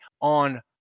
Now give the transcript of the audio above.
on